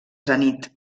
zenit